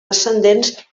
ascendents